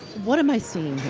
what am i seeing?